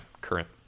current